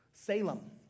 Salem